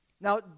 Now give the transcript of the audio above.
Now